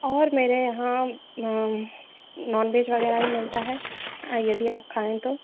और मेरे यहाँ नॉन नॉन भेज वग़ैरह भी बनता है हाँ यदि आप खाएँ तो